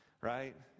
Right